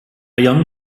young